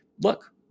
look